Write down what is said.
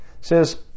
says